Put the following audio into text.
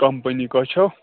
company کۄس چھَو